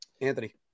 anthony